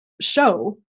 show